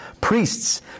priests